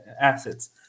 assets